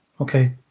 okay